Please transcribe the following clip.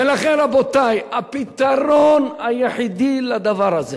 ולכן, רבותי, הפתרון היחידי לדבר הזה